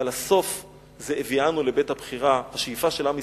אבל הסוף זה "הביאנו לבית-הבחירה" השאיפה של עם ישראל,